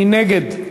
מי נגד?